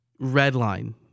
Redline